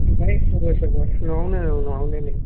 ओमफ्राय खबर सबर न'आवनो औ न'आवनो नै